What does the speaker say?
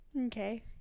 okay